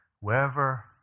Wherever